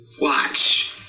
watch